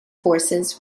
forces